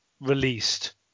released